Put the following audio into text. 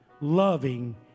loving